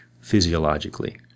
physiologically